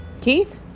Keith